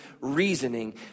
reasoning